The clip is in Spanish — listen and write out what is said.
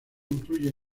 incluye